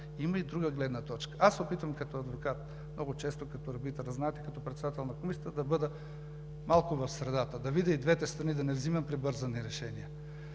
Има и друга гледна точка. Аз се опитвам като адвокат, много често и като арбитър, знаете, като председател на Комисията, да бъда малко в средата – да видя и двете страни, да не взимам прибързани решения.